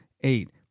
eight